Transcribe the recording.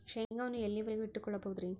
ಶೇಂಗಾವನ್ನು ಎಲ್ಲಿಯವರೆಗೂ ಇಟ್ಟು ಕೊಳ್ಳಬಹುದು ರೇ?